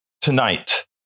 tonight